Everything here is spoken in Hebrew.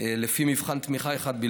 לפי מבחן תמיכה אחד.